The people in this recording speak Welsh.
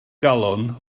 galon